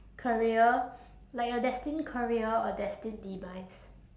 career like your destined career or destined demise